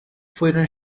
fueron